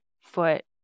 foot